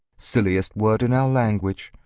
silliest word in our language,